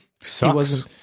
Sucks